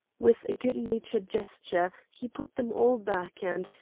with a good-natured gesture, he put them all back and,